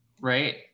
right